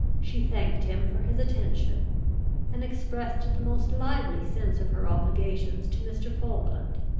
she thanked him for his attention and expressed the most lively sense of her obligations to mr. falkland.